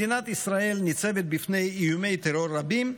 מדינת ישראל ניצבת בפני איומי טרור רבים,